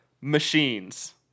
Machines